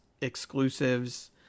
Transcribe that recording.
exclusives